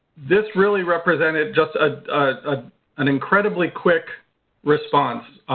this really represented just ah ah an incredibly quick response.